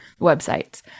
websites